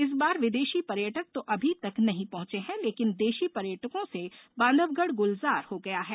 इस बार विदेशी पर्यटक तो अभी तक नहीं पहंचे हैं लेकिन देशी पर्यटकों से बांधवगढ़ गुलजार हो गया है